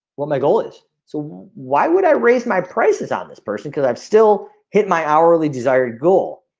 what my goal is so why would i raise my prices on this person cuz i'm still hit my hourly desired goal.